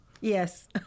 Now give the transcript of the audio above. Yes